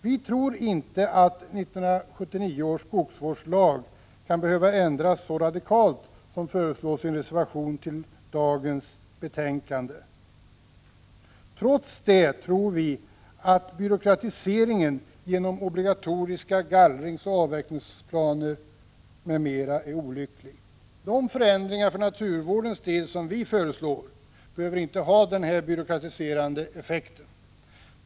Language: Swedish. Vi tror inte att 1979 års skogsvårdslag kan behöva ändras så radikalt som föreslås i en reservation. Trots det tror vi att byråkratiseringen genom obligatoriska gallringsoch avverkningsplaner är olycklig. De förändringar för naturvårdens del som vi föreslår behöver inte ha denna byråkratiserande effekt.